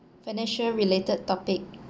financial related topic